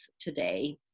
today